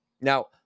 Now